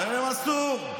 להם אסור.